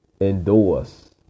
endorse